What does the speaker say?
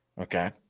Okay